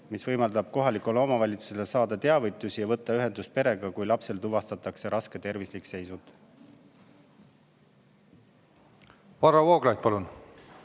mis võimaldab kohalikul omavalitsusel saada teavitusi ja võtta ühendust perega, kui lapsel tuvastatakse raske tervislik seisund.